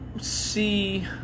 see